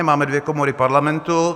Máme dvě komory Parlamentu.